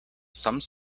some